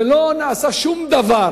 לא היינו במקום הזה מעולם.